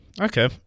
Okay